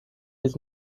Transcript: his